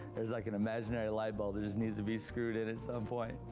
there's like an imaginary light bulb that just needs to be screwed in at some point.